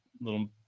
little